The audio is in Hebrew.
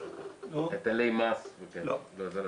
לא.